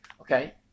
Okay